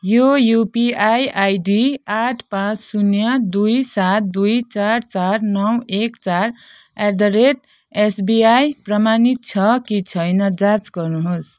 यो UPI ID आठ पाँच शून्य दुई सात दुई चार चार नौ एक चार एट द रेट एसबिआई प्रमाणित छ कि छैन जाँच गर्नुहोस्